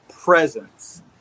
presence